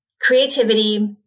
creativity